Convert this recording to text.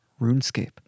RuneScape